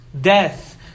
Death